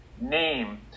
name